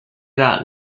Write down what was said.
era